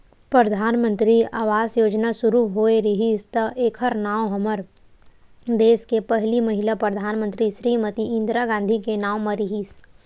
परधानमंतरी आवास योजना सुरू होए रिहिस त एखर नांव हमर देस के पहिली महिला परधानमंतरी श्रीमती इंदिरा गांधी के नांव म रिहिस